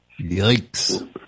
Yikes